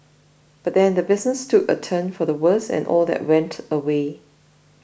but then the business took a turn for the worse and all that went away